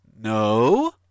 No